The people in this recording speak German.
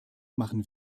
machen